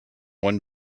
one